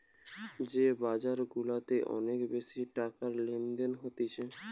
যে বাজার গুলাতে অনেক বেশি টাকার লেনদেন হতিছে